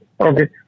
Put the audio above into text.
Okay